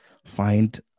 Find